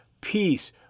peace